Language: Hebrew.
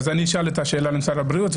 אני אשאל את משרד הבריאות.